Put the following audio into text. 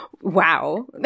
wow